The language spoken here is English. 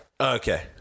Okay